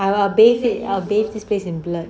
!aiya! I will bathe it I will bathe this place in blood